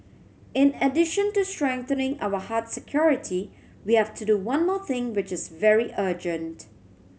in addition to strengthening our hard security we have to do one more thing which is very urgent